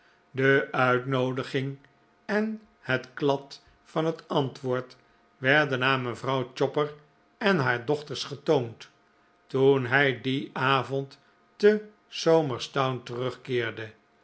de uitnoodiging en het klad van het antwoord werden aan mevrouw chopper en haar dochters getoond toen hij dien avond te somers town terugkeerde